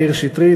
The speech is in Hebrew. מאיר שטרית,